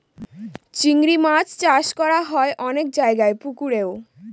চিংড়ি মাছ চাষ করা হয় অনেক জায়গায় পুকুরেও